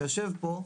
שיושב פה,